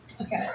Okay